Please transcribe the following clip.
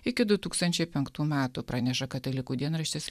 iki du tūkstančiai penktų metų praneša katalikų dienraštis